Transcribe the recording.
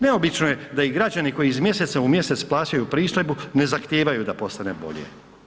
Neobično je da i građani koji iz mjeseca u mjesec plaćaju pristojbu ne zahtijevaju da postane bolje.